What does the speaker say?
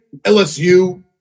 LSU